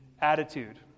attitude